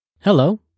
Hello